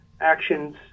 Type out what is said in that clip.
actions